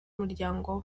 umuryango